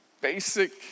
basic